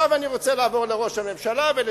אני רוצה לעבור לראש הממשלה ולשליחיו.